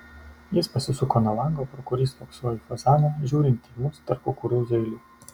jis pasisuko nuo lango pro kurį spoksojo į fazaną žiūrintį į mus tarp kukurūzų eilių